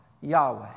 Yahweh